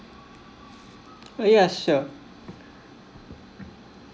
yes sure